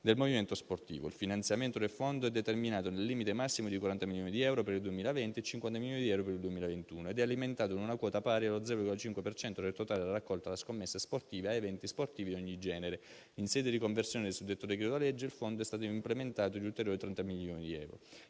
del movimento sportivo. Il finanziamento del fondo è determinato nel limite massimo di 40 milioni di euro per il 2020 e 50 milioni per il 2021 ed è alimentato da una quota pari allo 0,5 per cento del totale della raccolta da scommesse relative a eventi sportivi di ogni genere. In sede di conversione del suddetto decreto legge, il fondo è stato implementato di ulteriori 30 milioni di euro.